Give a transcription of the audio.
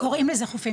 קוראים לזה "חופים",